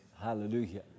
Hallelujah